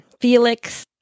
Felix